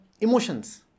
emotions